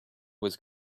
was